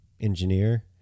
engineer